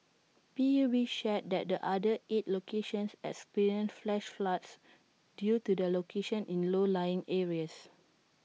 P U B shared that the other eight locations experienced flash floods due to their locations in low lying areas